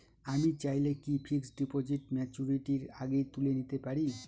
আমি চাইলে কি ফিক্সড ডিপোজিট ম্যাচুরিটির আগেই তুলে নিতে পারি?